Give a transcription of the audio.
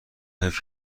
حیف